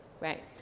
right